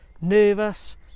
Nervous